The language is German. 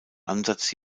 ansatz